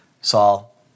Saul